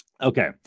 Okay